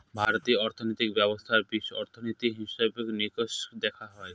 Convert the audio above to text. ভারতীয় অর্থনীতি ব্যবস্থার বীজ অর্থনীতি, হিসেব নিকেশ দেখা হয়